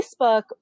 Facebook